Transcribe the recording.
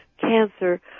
cancer